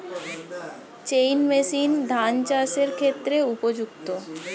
Chain machine ধান চাষের ক্ষেত্রে উপযুক্ত?